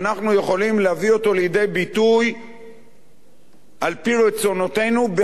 להביא אותו לידי ביטוי על-פי רצונותינו בחקיקה.